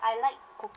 I like